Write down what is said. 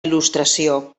il·lustració